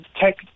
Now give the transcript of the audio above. tech